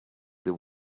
the